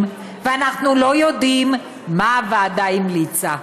ואנחנו לא יודעים מה הוועדה המליצה.